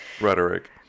Rhetoric